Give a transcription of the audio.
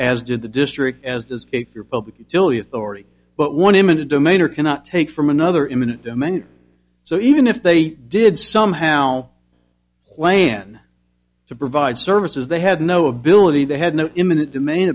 as did the district as does your public utility authority but one eminent domain or cannot take from another imminent domain so even if they did somehow lan to provide services they had no ability they had no imminent doma